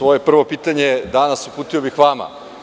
Moje prvo pitanje danas uputio bih vama.